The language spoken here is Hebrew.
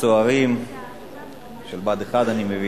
הצוערים של בה"ד 1, אני מבין,